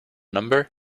number